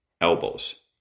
elbows